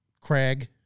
Craig